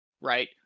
right